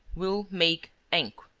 will make enq.